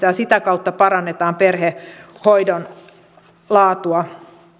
ja sitä kautta parannetaan perhehoidon laatua